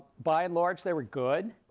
by and large they were good.